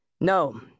No